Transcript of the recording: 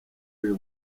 y’uyu